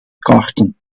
karten